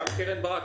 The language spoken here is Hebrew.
חברת הכנסת קרן ברק,